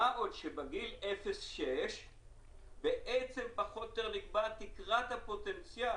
מה עוד שבגיל אפס עד שש נקבעת תקרת הפוטנציאל.